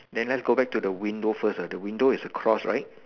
then let's go back to the window first ah the window is a cross right